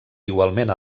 igualment